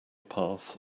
path